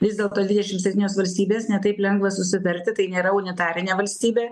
vis dėlto dvidešim septynios valstybės ne taip lengva susitarti tai nėra unitarinė valstybė